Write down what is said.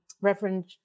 reverend